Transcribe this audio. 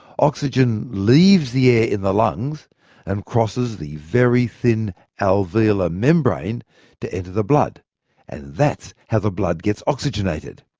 oxygen leaves the air in the lungs and crosses the very thin alveolar membrane to enter the blood and that's how the blood gets oxygenated.